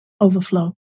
overflow